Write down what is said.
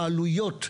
זה לא רמ"י.